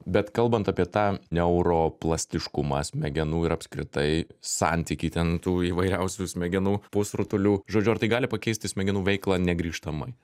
bet kalbant apie tą neuroplastiškumą smegenų ir apskritai santykiai ten tų įvairiausių smegenų pusrutulių žodžiu ar tai gali pakeisti smegenų veiklą negrįžtamai